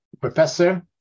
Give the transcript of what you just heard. professor